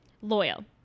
loyal